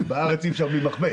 בארץ אי אפשר בלי מכבש.